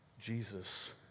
Jesus